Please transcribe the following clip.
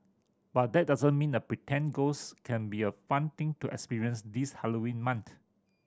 but that doesn't mean a pretend ghost can't be a fun thing to experience this Halloween month